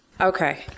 Okay